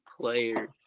player